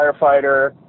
firefighter